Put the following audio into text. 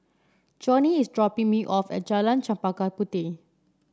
Joni is dropping me off at Jalan Chempaka Puteh